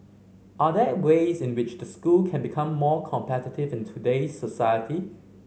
are there ways in which the school can become more competitive in today's society